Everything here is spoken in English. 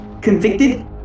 convicted